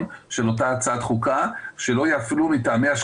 אז אני כבר ב-93' ו-94' אמרתי במועצת